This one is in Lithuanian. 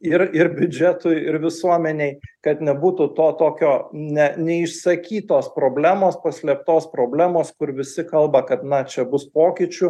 ir ir biudžetui ir visuomenei kad nebūtų to tokio ne neišsakytos problemos paslėptos problemos kur visi kalba kad na čia bus pokyčių